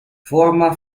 forma